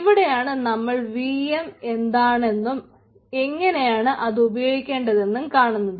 ഇവിടെയാണ് നമ്മൾ വിഎം എന്താണെന്നും എങ്ങനെയാണ് അത് ഉപയോഗിക്കേണ്ടതെന്നും കാണുന്നത്